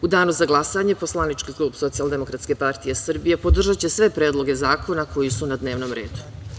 U danu za glasanje poslanički klub Socijaldemokratske partije Srbije podržaće sve predloge zakona koji su na dnevnom redu.